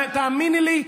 תאמיני לי,